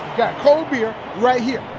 got cold beer right here.